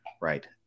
right